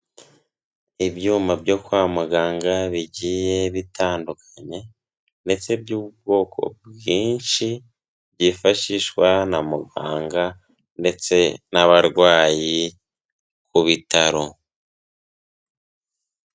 Ibyuma byo kwa muganga bigiye bitandukanye, ndetse by'ubwoko, bwinshi byifashishwa na muganga ndetse n'abarwayi ku bitaro.